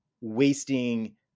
wasting